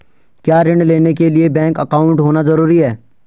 क्या ऋण लेने के लिए बैंक अकाउंट होना ज़रूरी है?